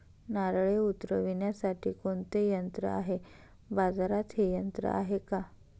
नारळे उतरविण्यासाठी कोणते यंत्र आहे? बाजारात हे यंत्र आहे का?